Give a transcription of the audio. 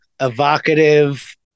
evocative